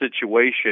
situation